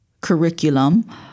curriculum